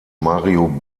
mario